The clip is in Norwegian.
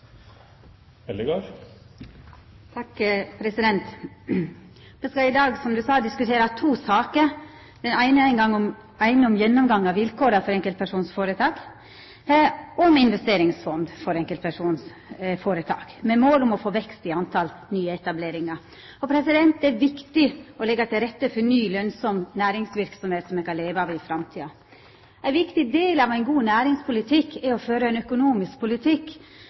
om investeringsfond for enkeltpersonføretak, med mål om å få vekst i talet på nyetableringar. Det er viktig å leggja til rette for ny lønsam næringsverksemd som me kan leva av i framtida. Ein viktig del av ein god næringspolitikk er å føra ein stabil økonomisk politikk